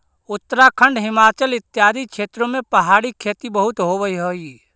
उत्तराखंड, हिमाचल इत्यादि क्षेत्रों में पहाड़ी खेती बहुत होवअ हई